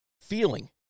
feeling